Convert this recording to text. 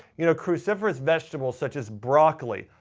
you know cruciferous vegetables such as broccoli,